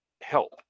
help